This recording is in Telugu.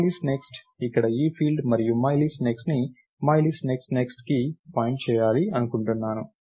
మైలిస్ట్ నెక్స్ట్ ఇక్కడ ఈ ఫీల్డ్ మరియు మైలిస్ట్ నెక్స్ట్ ని మైలిస్ట్ నెక్స్ట్ నెక్స్ట్ కి పాయింట్ చేయాలి అనుకుంటున్నాను